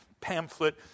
pamphlet